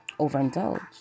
overindulge